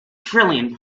trillion